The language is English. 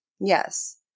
yes